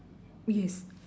yes